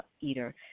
eater